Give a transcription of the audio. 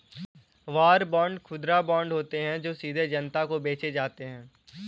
war bond खुदरा bond होते हैं जो सीधे जनता को बेचे जाते हैं